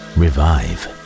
revive